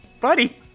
Buddy